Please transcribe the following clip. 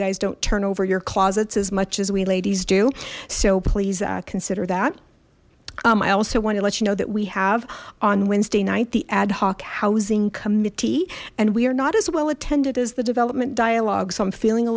guys don't turn over your closets as much as we ladies do so please consider that i also want to let you know that we have on wednesday night the ad hoc housing committee and we are not as well attended as the development dialog so i'm feeling a